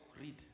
read